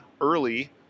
early